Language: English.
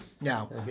Now